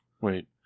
Wait